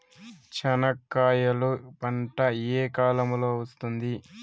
చెనక్కాయలు పంట ఏ కాలము లో వస్తుంది